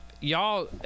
y'all